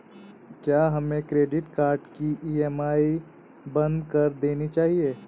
क्या हमें credit card की ई.एम.आई बंद कर देनी चाहिए?